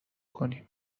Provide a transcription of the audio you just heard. کنیم